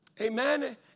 Amen